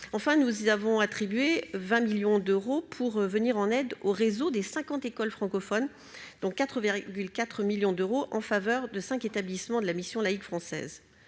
enfin, nous avons attribué 20 millions d'euros pour venir en aide aux réseaux des 50 écoles francophones, dont 4,4 millions d'euros en faveur de 5 établissements de la Mission laïque française,